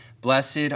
Blessed